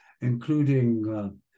including